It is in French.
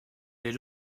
les